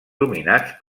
dominats